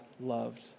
loved